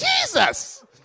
Jesus